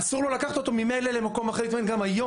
אסור לו לקחת אותו ממילא למקום אחר כבר היום.